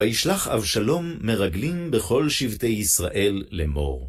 וישלח אבשלום מרגלים בכל שבטי ישראל לאמור.